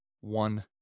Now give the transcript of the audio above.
One